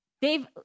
Dave